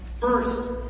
First